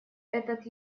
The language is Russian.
этот